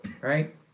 Right